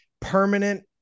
permanent